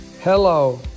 Hello